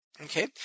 Okay